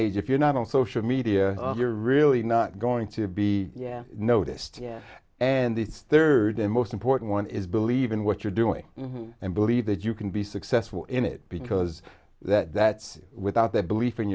age if you're not on social media you're really not going to be yeah noticed yeah and the third and most important one is believe in what you're doing and believe that you can be successful in it because that that's without that belief